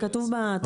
זה כתוב בתקנות.